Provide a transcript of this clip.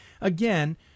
again